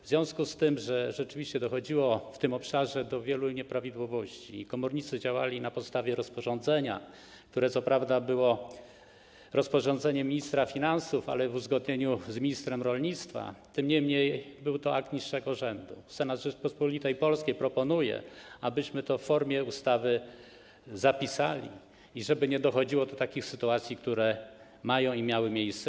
W związku z tym, że rzeczywiście dochodziło w tym obszarze do wielu nieprawidłowości, komornicy działali na podstawie rozporządzenia, które co prawda było rozporządzeniem ministra finansów, ale w uzgodnieniu z ministrem rolnictwa, tym niemniej był to akt niższego rzędu, Senat Rzeczypospolitej Polskiej proponuje, abyśmy zapisali to w formie ustawy i by nie dochodziło do takich sytuacji, które mają i miały miejsce.